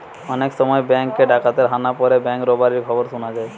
অনেক সময় বেঙ্ক এ ডাকাতের হানা পড়ে ব্যাঙ্ক রোবারির খবর শুনা যায়